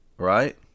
Right